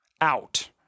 out